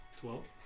Twelve